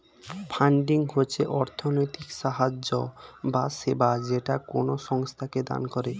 funding হচ্ছে অর্থনৈতিক সাহায্য বা সেবা যেটা কোনো সংস্থাকে দান করে